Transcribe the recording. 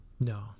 No